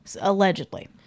allegedly